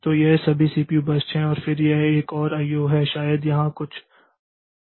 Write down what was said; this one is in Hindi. तो ये सभी सीपीयू बर्स्ट हैं और फिर यह एक और IO है शायद यह यहाँ कुछ IO है